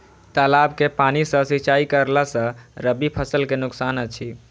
तालाब के पानी सँ सिंचाई करला स रबि फसल के नुकसान अछि?